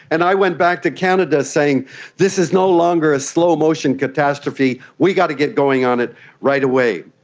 and i went back to canada saying this is no longer a slow-motion catastrophe, we've got to get going on it right away.